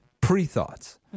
pre-thoughts